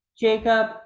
Jacob